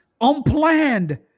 Unplanned